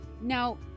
Now